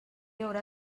haurà